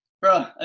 bro